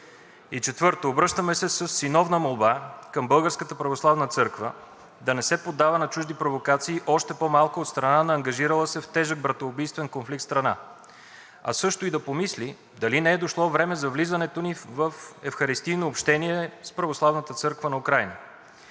Четвърто, обръщаме се със синовна молба към Българската православна църква да не се поддава на чужди провокации, още по-малко от страна на ангажирала се в тежък братоубийствен конфликт страна. А също и да помисли дали не е дошло време за влизането ни във евхаристийно общение с Православната църква на Украйна.